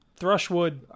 Thrushwood